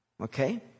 Okay